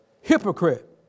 Hypocrite